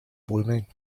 blooming